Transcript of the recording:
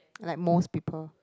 like most people